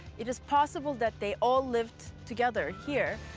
it is possible that they all lived together here.